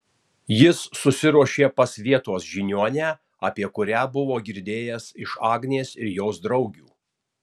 jis susiruošė pas vietos žiniuonę apie kurią buvo girdėjęs iš agnės ir jos draugių